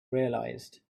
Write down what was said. realized